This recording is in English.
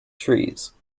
trees